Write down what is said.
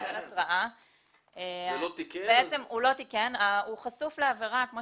קיבל התרעה והוא לא תיקן - הוא חשוף לעבירה כמו